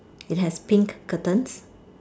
it has pink curtains